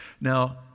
Now